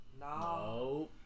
no